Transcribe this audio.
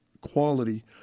quality